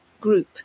group